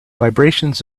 vibrations